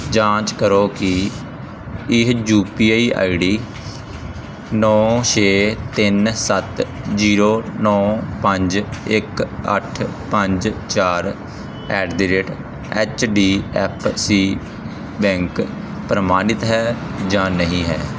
ਜਾਂਚ ਕਰੋ ਕਿ ਇਹ U P I I D ਨੌਂ ਛੇ ਤਿੰਨ ਸੱਤ ਜ਼ੀਰੋ ਨੌਂ ਪੰਜ ਇੱਕ ਅੱਠ ਪੰਜ ਚਾਰ at the rate H D F C bank ਪ੍ਰਮਾਣਿਤ ਹੈ ਜਾਂ ਨਹੀਂ ਹੈ